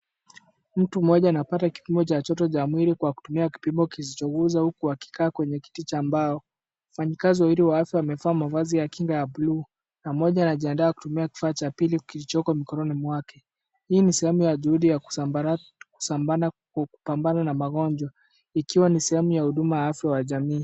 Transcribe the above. Mtu mmoja anapata kipimo cha jote cha mwili kwa kutumia kipimo kisicho guza huku akikaa kwenye kiti cha mbao. Wafanyikazi wawili wamevaa amefahamu avazi ya kinga ya bluu. Na moja anajiandaa kutumia kifaa cha pili kilichoko mikononi mwake. Hii ni sehemu ya juhudi ya kuzambarana kupambana na magonjwa, ikiwa ni sehemu ya huduma wa afya wa jamii.